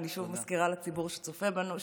אני שוב מזכירה לציבור שצופה בנו,